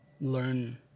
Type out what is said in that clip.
learn